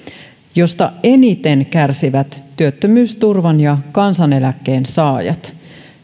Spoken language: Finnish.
joista eniten kärsivät työttömyysturvan ja kansaneläkkeen saajat myös